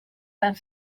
anys